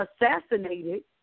assassinated